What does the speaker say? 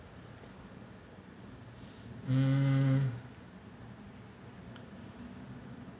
mm